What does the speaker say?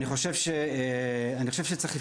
אני חושב שצריך לפתוח,